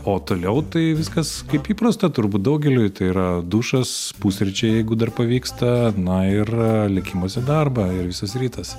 o toliau tai viskas kaip įprasta turbūt daugeliui tai yra dušas pusryčiai jeigu dar pavyksta na ir lėkimas į darbą ir visas rytas